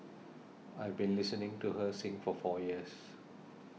I've been listening to her sing for four years